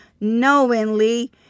knowingly